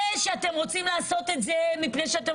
זה שאתם רוצים לעשות את זה מפני שאתם